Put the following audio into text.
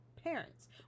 parents